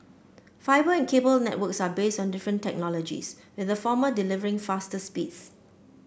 fibre and cable networks are based on different technologies with the former delivering faster speeds